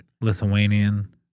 Lithuanian